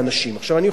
אני יכול לתת לך,